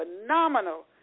phenomenal